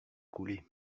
couler